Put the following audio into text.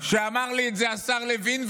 שאמר לי את זה השר לוין,